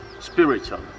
spiritual